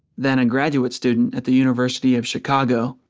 then a graduate student at the university of chicago,